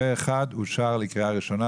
הצבעה אושר פה אחד הצעת החוק אושרה לקריאה ראשונה.